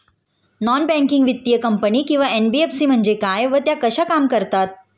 Non banking वित्तीय company किंवा NBFC म्हणजे काय व त्या कशा काम करतात?